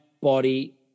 body